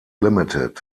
ltd